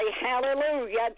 Hallelujah